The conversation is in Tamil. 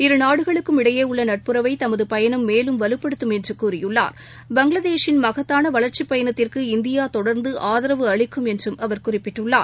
இருநாடுகளுக்கும் இடையே உள்ளநட்புறவை தமதுபயணம் வலுப்படுத்தம் என்றுகூறியுள்ளார்பங்களாதேஷின் மகத்தானவளர்ச்சிபயணத்திற்கு இந்தியாதொடர்ந்துஆதரவு அளிக்கும் என்றுஅவர் குறிப்பிட்டுள்ளார்